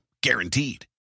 guaranteed